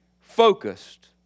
focused